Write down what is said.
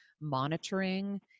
monitoring